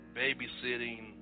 babysitting